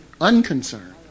unconcerned